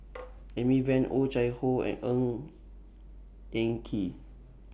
Amy Van Oh Chai Hoo and Ng Eng Kee